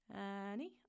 Annie